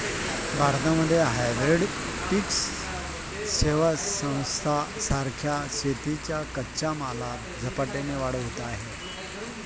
भारतामध्ये हायब्रीड पिक सेवां सारख्या शेतीच्या कच्च्या मालात झपाट्याने वाढ होत आहे